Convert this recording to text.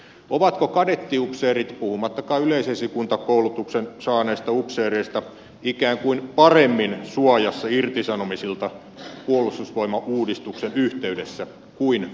ovatko kadettiupseerit puhumattakaan yleisesikuntakoulutuksen saaneista upseereista ikään kuin paremmin suojassa irtisanomisilta puolustusvoimauudistuksen yhteydessä kuin aliupseerit